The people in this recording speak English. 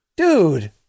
Dude